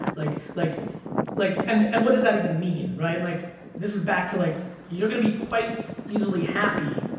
like like like and and what does that even mean, right? like this is back to, like you're gonna be quite easily happy.